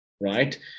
right